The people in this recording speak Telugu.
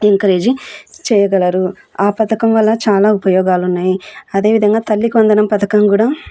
ఎంకరేజ చేయగలరు ఆ పథకం వల్ల చాలా ఉపయోగాలున్నాయి అదేవిధంగా తల్లికి వందనం పథకం కూడా